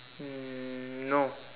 um no